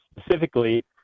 specifically